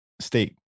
state